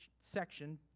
section